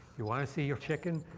you wanna see your chicken?